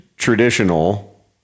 Traditional